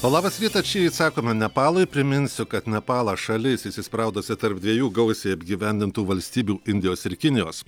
o labas rytas šįryt sakome nepalui priminsiu kad nepalas šalis įsispraudusi tarp dviejų gausiai apgyvendintų valstybių indijos ir kinijos